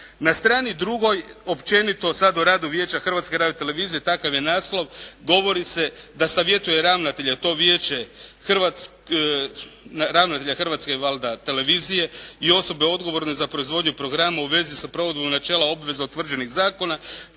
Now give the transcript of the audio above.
Na strani 2. općenito sad o radu Vijeća Hrvatske radiotelevizije, takav je naslov, govori se da savjetuje ravnatelja to Vijeće, ravnatelja Hrvatske, valjda, televizije i osobe odgovorne za proizvodnju programa u vezi sa provedbom načela obvezom utvrđenih zakona